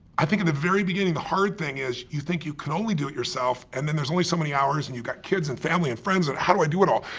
i think in the very beginning the hard thing is you think you can only do it yourself and then there's only so many hours and you've got kids and family and friends and how do i do it all?